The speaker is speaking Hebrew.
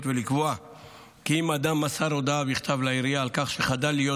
ולקבוע כי אם אדם מסר הודעה בכתב לעירייה על כך שחדל להיות